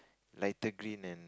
lighter green and